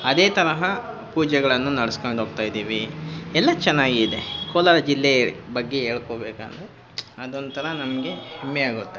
ಅದೇ ತರಹ ಪೂಜೆಗಳನ್ನು ನಡೆಸಿಕೊಂಡು ಹೋಗ್ತಾ ಇದ್ದೀವಿ ಎಲ್ಲಾ ಚೆನ್ನಾಗಿದೆ ಕೋಲಾರ ಜಿಲ್ಲೆ ಬಗ್ಗೆ ಹೇಳ್ಕೊಬೇಕಂದ್ರೆ ಅದೊಂಥರ ನಮಗೆ ಹೆಮ್ಮೆಯಾಗುತ್ತೆ